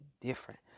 different